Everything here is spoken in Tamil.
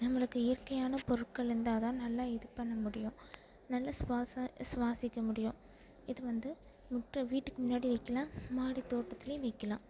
நம்மளுக்கு இயற்கையான பொருட்கள் இருந்தால்தான் நல்லா இது பண்ண முடியும் நல்லா சுவாச சுவாசிக்க முடியும் இது வந்து முற்ற வீட்டுக்கு மின்னாடி வெக்கலாம் மாடி தோட்டத்திலையும் வெக்கலாம்